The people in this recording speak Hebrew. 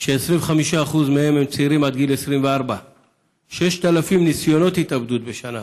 ו-25% מהם הם צעירים עד גיל 24. 6,000 ניסיונות התאבדות בשנה,